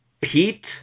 Pete